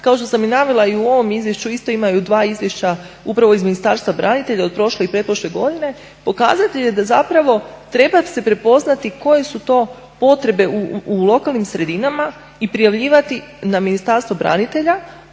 kao što sam i navela i u ovom izvješću isto imaju dva izvješća upravo iz Ministarstva branitelja od prošle i pretprošle godine, pokazatelj je da zapravo treba se prepoznati koje su to potrebe u lokalnim sredinama i prijavljivati na Ministarstvo branitelja